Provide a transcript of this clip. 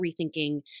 rethinking